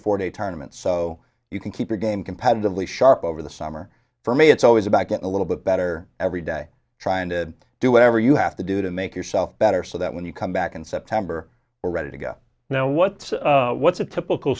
four day tournaments so you can keep the game competitively sharp over the summer for me it's always about getting a little bit better every day trying to do whatever you have to do to make yourself better so that when you come back in september we're ready to go now what what's a typical